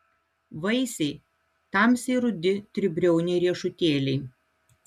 vaisiai tamsiai rudi tribriauniai riešutėliai